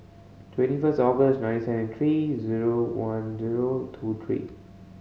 twenty first August nineteen three zero one zero two three